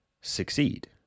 succeed